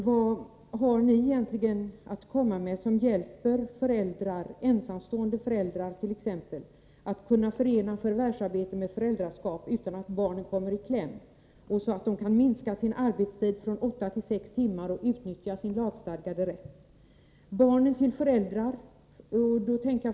Vad har ni egentligen att komma med som hjälper t.ex. ensamstående föräldrar att förena förvärvsarbete med föräldraskap utan att barnet kommer i kläm och att utnyttja sin lagstadgade rätt att minska arbetstiden från åtta till sex timmar?